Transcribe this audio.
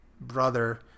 brother